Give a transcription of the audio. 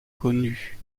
connue